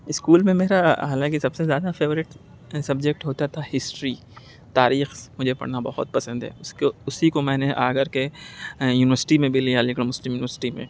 school میں میرا حالانکہ سب سے زیادہ فیوریٹ سبجیکٹ ہوتا تھا ہسٹری تاریخ مجھے پڑھنا بہت پسند ہے اس کو اسی کو میں نے آ کر کے یونیورسٹی میں بھی لیا علی گڑھ مسلم یونیورسٹی میں